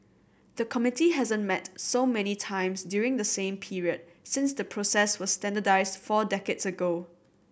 the committee hasn't met so many times during the same period since the process was standardised four decades ago